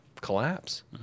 collapse